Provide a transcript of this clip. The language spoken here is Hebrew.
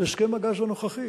בהסכם הגז הנוכחי